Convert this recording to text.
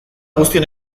guztian